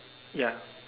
ya